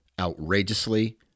outrageously